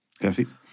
Perfect